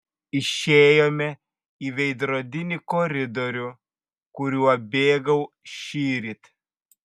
išėjome į veidrodinį koridorių kuriuo bėgau šįryt